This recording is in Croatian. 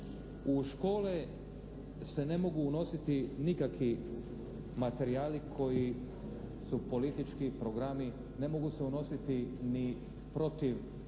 U škole se ne mogu unositi nikaki materijali koji su politički programi, ne mogu se unositi ni protiv